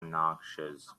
noxious